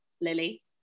Lily